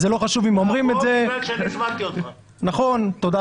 אז זה לא חשוב אם אומרים את זה --- אתה פה בגלל שאני הזמנתי אותך.